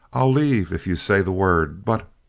i'll leave if you say the word, but